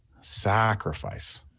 sacrifice